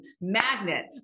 magnet